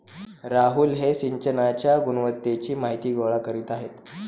राहुल हे सिंचनाच्या गुणवत्तेची माहिती गोळा करीत आहेत